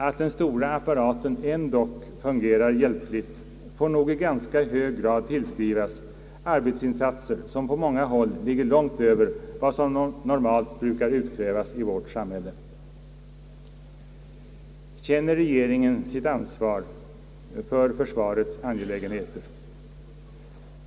Att den stora apparaten ändock fungerar hjälpligt får nog i ganska hög grad tillskrivas arbetsinsatser som på många håll ligger långt över vad som normalt brukar utkrävas i vårt samhälle. Känner regeringen sitt ansvar för försvarets angelägenheter?